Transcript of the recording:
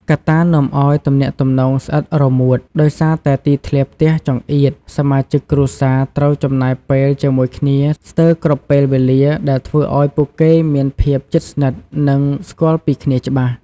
កត្តានាំឲ្យ "ទំនាក់ទំនងស្អិតរមួត"ដោយសារតែទីធ្លាផ្ទះចង្អៀត សមាជិកគ្រួសារត្រូវចំណាយពេលជាមួយគ្នាស្ទើរគ្រប់ពេលវេលា ដែលធ្វើឲ្យពួកគេមានភាពជិតស្និទ្ធ និងស្គាល់ពីគ្នាច្បាស់។